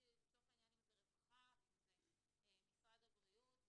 לצורך העניין אם זה רווחה ואם זה משרד הבריאות,